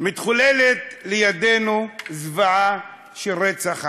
מתחוללת לידינו זוועה של רצח עם,